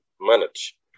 manage